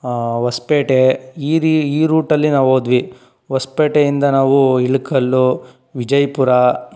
ಹೊಸಪೇಟೆ ಈ ರೀ ಈ ರೂಟ್ ಅಲ್ಲಿ ನಾವು ಹೋದ್ವಿ ಹೊಸಪೇಟೆಯಿಂದ ನಾವು ಇಳಕಲ್ಲು ವಿಜಯಪುರ